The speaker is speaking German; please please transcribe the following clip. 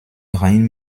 rein